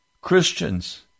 Christians